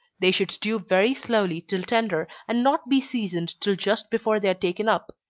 they should stew very slowly till tender, and not be seasoned till just before they are taken up.